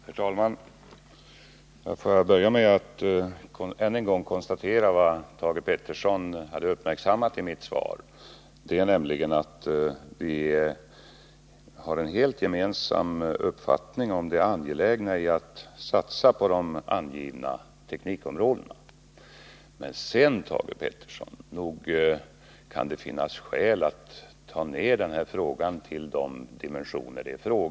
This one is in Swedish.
Herr talman! Låt mig börja med att än en gång konstatera vad Thage Peterson hade uppmärksammat i mitt svar, nämligen att vi har en helt gemensam uppfattning om det angelägna i att satsa på de angivna teknikområdena. Men, Thage Peterson, nog kan det finnas skäl att ta ned den här frågan till dess rätta dimensioner.